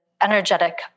energetic